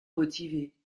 motivés